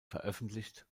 veröffentlicht